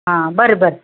ಹಾಂ ಬರ್ರಿ ಬರ್ರಿ